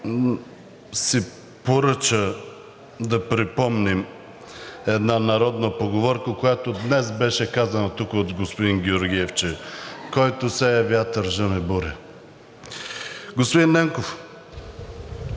си поръча да припомним една народна поговорка, която днес беше казана тук от господин Георгиев: „Който сее вятър, жъне бури.“ Господин Ненков,